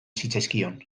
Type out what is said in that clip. zitzaizkion